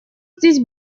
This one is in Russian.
здесь